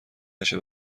نشه